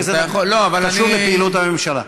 כי זה קשור לפעילות הממשלה.